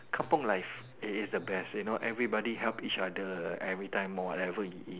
Kampung life it is the best you know everybody help each other every time or whatever it is